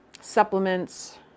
supplements